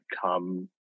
come